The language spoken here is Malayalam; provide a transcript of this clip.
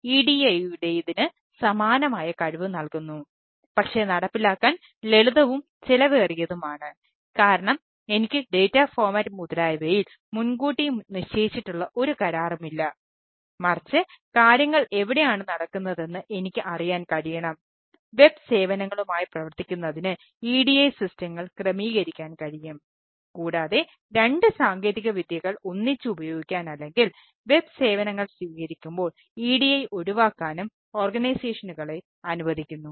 ഇത് ഡാറ്റാ അനുവദിക്കുന്നു